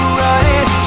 running